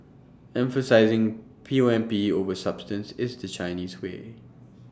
emphasising P O M P over substance is the Chinese way